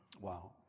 Wow